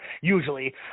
usually